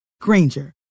Granger